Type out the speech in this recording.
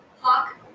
Hawk